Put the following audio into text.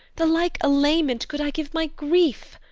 the like allayment could i give my grief.